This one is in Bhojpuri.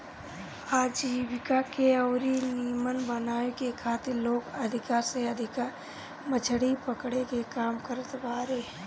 आजीविका के अउरी नीमन बनावे के खातिर लोग अधिका से अधिका मछरी पकड़े के काम करत बारे